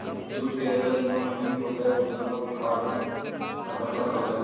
jute के रेशा जेतना महीन होतई, ओकरा उत्पाद उतनऽही आकर्षक होतई